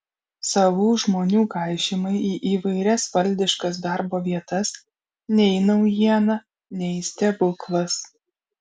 savų žmonių kaišymai į įvairias valdiškas darbo vietas nei naujiena nei stebuklas